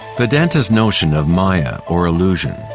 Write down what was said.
vedanta's notion of maya or illusion,